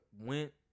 went